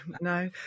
No